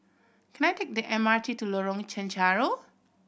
can I take the M R T to Lorong Chencharu